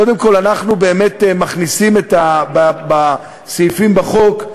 קודם כול, אנחנו מכניסים בסעיפים, בחוק,